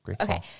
Okay